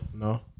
No